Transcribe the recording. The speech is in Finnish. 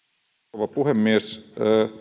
rouva puhemies